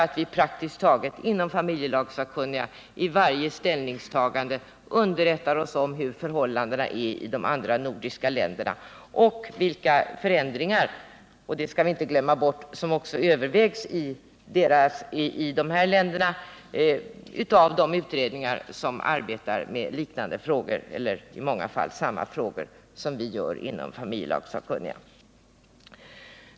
Inför praktiskt taget varje ställningstagande låter sig familjelagssakkunniga underrättas om förhållandena i de andra nordiska länderna och vilka förändringar som övervägs i dessa länder av de utredningar som arbetar med liknande eller i många fall samma frågor som vi behandlar inom familjelagssakkunniga.